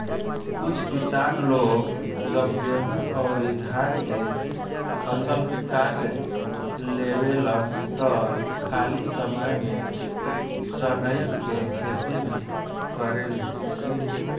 कुछ किसान लोग जब गेंहू अउरी धान के फसल काट लेवेलन त खाली समय में सनइ के खेती भी करेलेन